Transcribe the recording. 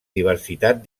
diversitat